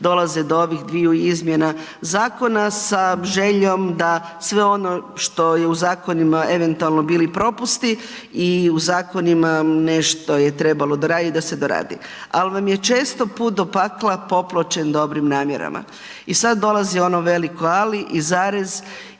dolazi do ovih dviju izmjena zakona sa željom da sve ono što su u zakonima eventualno bili propusti i u zakonima nešto je trebalo doraditi, da se doradi ali vam je često put do pakla popločen dobrim namjerama. I sad dolazi ono veliko ali i zarez